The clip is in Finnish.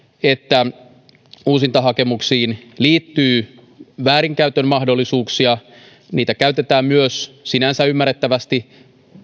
että uusintahakemuksiin liittyy väärinkäytön mahdollisuuksia niitä käytetään myös sinänsä ymmärrettävästi